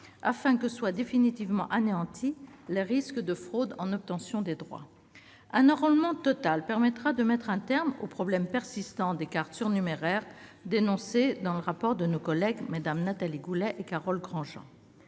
afin que soient bel et bien anéantis les risques de fraude en obtention des droits. Un enrôlement total permettra de mettre un terme au problème persistant des cartes surnuméraires, dénoncé dans leur rapport par nos collègues Mmes Nathalie Goulet et Carole Grandjean.